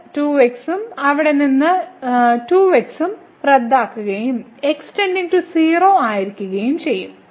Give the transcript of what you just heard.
ഈ 2x 2x ഉം ഇവിടെ നിന്ന് 2x ഉം റദ്ദാക്കുകയും x → 0 ആയിരിക്കുകയും ചെയ്യും